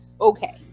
Okay